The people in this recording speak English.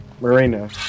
Marina